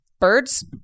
Birds